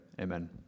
amen